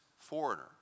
foreigner